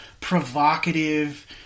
provocative